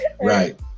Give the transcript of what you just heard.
Right